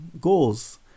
goals